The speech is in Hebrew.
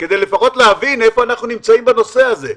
כדי להבין לפחות איפה אנחנו נמצאים בנושא הזה?